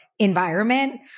environment